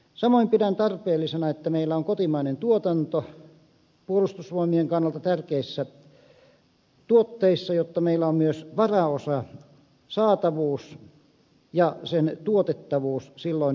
samoin pidän tarpeellisena että meillä on kotimainen tuotanto puolustusvoimien kannalta tärkeissä tuotteissa jotta meillä on myös varaosasaatavuus ja sen tuotettavuus silloin jos sitä tarvitaan